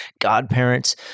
godparents